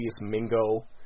Mingo